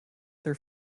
their